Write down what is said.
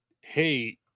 hey